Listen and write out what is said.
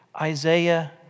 Isaiah